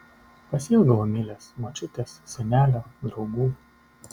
pasiilgau emilės močiutės senelio draugų